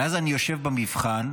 ואז אני יושב במבחן,